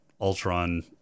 Ultron